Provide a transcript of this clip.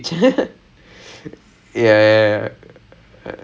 ya like the yes exactly like I'm good with